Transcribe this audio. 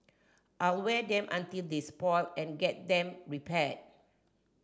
I'll wear them until they were spoiled and I'll get them repaired